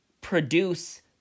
produce